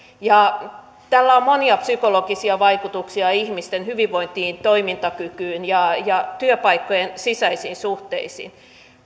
tällä on monia psykologisia vaikutuksia ihmisten hyvinvointiin toimintakykyyn ja ja työpaikkojen sisäisiin suhteisiin